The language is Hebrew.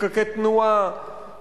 פקקי תנועה,